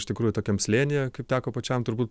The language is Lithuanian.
iš tikrųjų tokiam slėnyje kaip teko pačiam turbūt